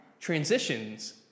Transitions